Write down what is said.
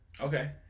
Okay